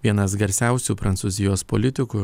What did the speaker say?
vienas garsiausių prancūzijos politikų